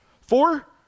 Four